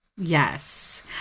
Yes